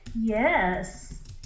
Yes